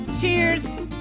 cheers